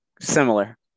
similar